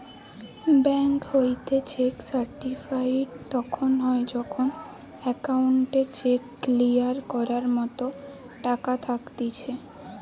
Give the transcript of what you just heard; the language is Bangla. বেঙ্ক হইতে চেক সার্টিফাইড তখন হয় যখন অ্যাকাউন্টে চেক ক্লিয়ার করার মতো টাকা থাকতিছে